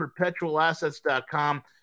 perpetualassets.com